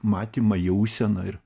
matymą jauseną ir